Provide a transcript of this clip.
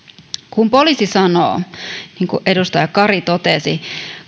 kun poliisi sanoo niin kuin edustaja kari totesi